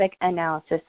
Analysis